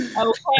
Okay